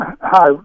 Hi